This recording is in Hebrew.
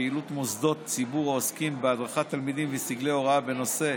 פעילות מוסדות ציבור העוסקים בהדרכת תלמידים וסגלי הוראה בנושאי